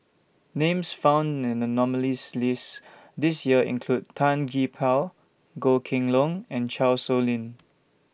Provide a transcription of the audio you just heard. Names found in The nominees' list This Year include Tan Gee Paw Goh Kheng Long and Chan Sow Lin